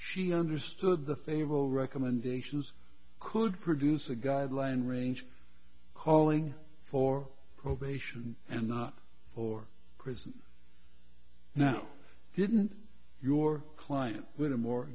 she understood the fable recommendations could produce a guideline range calling for probation and not for prison now didn't your client going to more